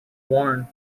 worn